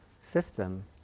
system